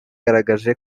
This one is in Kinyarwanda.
zagaragaje